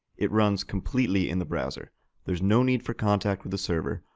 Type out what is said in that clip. it runs completely in the browser there's no need for contact with a server,